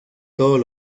todos